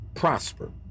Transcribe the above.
Prosper